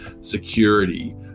security